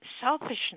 selfishness